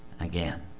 again